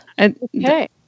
Okay